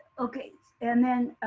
okay and then,